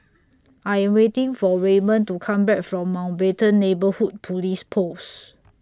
I'm waiting For Raymon to Come Back from Mountbatten Neighbourhood Police Post